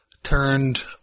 turned